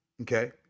okay